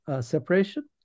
separation